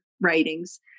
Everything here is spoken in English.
writings